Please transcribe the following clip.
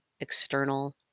external